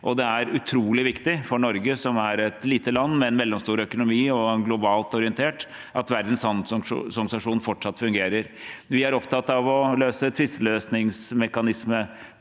det er utrolig viktig for Norge, som er et lite land med en mellomstor økonomi og globalt orientert, at Verdens handelsorganisasjon fortsatt fungerer. Vi er opptatt av å løse tvisteløsningsmekanismefloken,